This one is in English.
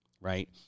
right